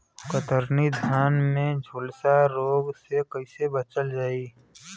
कतरनी धान में झुलसा रोग से कइसे बचल जाई?